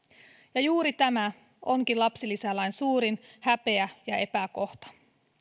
juuri tämä onkin lapsilisälain suurin häpeä ja epäkohta